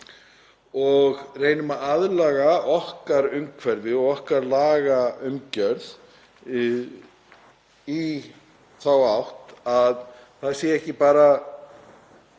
og reynum að aðlaga okkar umhverfi og okkar lagaumgjörð í þá átt að það sé ekki bara